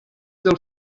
del